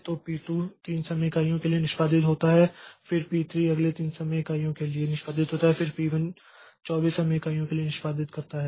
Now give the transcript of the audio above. तो पी 2 3 समय इकाइयों के लिए निष्पादित होता है फिर पी 3 अगले 3 समय इकाइयों के लिए निष्पादित होता है और फिर पी 1 24 समय इकाइयों के लिए निष्पादित करता है